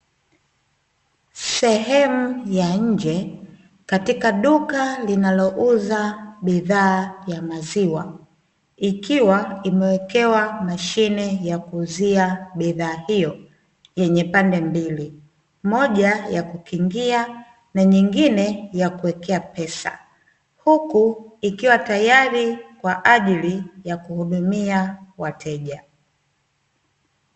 Sehemu ya nje katika duka linalouza bidhaa ya maziwa, ikiwa imewekewa mashine ya kuuzia bidhaa hiyo yenye pande mbili, moja ya kukingia na ingine ya kuwekea pesa, huku ikiwa tayari kwa ajili ya kuhudumia wateja.